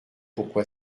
pourquoi